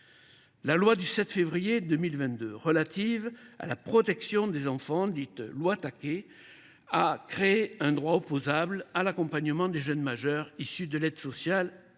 La loi du 7 février 2022 relative à la protection des enfants, dite loi Taquet, a créé un droit opposable à l’accompagnement des jeunes majeurs issus de l’aide sociale à l’enfance.